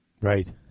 Right